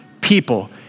people